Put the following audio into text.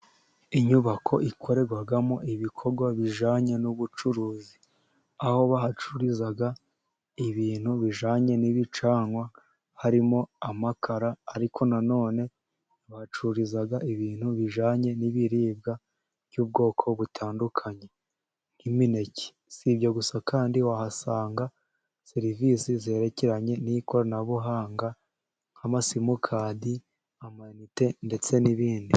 Inyubako ikorerwamo ibikorwa bijyanye n'ubucuruzi, aho bahacururiza ibintu bijyanye n'ibicanwa harimo amakara, ariko na none bahacururiza ibintu bijyanye n'ibiribwa by'ubwoko butandukanye nk'imineke, si ibyo gusa kandi wahasanga serivisi zerekeranye n'ikoranabuhanga nk'amasimukadi, amayinite, ndetse n'ibindi.